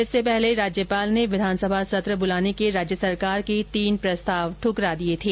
इससे पहले राज्यपाल ने विधानसभा सत्र बुलाने के राज्य सरकार के तीन प्रस्ताव ठकरा दिए थे